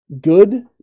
good